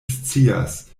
scias